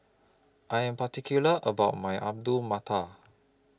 I Am particular about My Alu Matar